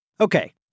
Okay